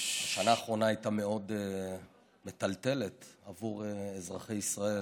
השנה האחרונה הייתה מאוד מטלטלת עבור אזרחי ישראל.